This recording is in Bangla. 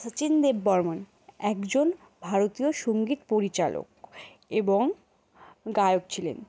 শচীন দেব বর্মন একজন ভারতীয় সঙ্গীত পরিচালক এবং গায়ক ছিলেন